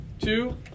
two